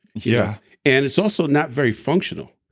yeah and it's also not very functional.